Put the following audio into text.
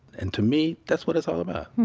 and to me that's what it's all about